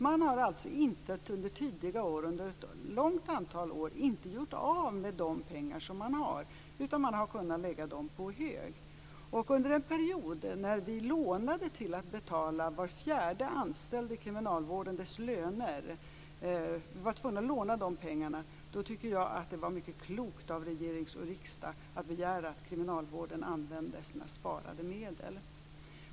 Man har alltså tidigare, under en lång följd av år, inte gjort av med de pengar man har haft, utan man har kunnat lägga dem på hög. Under en period när vi var tvungna att låna pengar för att betala lön till var fjärde anställd i kriminalvården tycker jag att det var mycket klokt av regering och riksdag att begära att kriminalvården använde sina sparade medel.